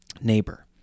neighbor